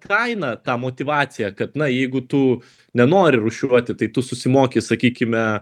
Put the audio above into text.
kainą ta motyvacija kad na jeigu tu nenori rūšiuoti tai tu susimoki sakykime